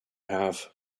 have